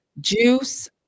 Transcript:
juice